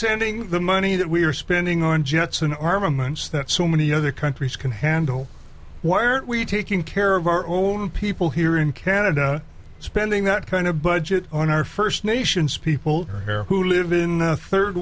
sending the money that we're spending on jets in armaments that so many other countries can handle why are we taking care of our own people here in canada spending that kind of budget on our first nations people who live in a third